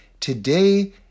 Today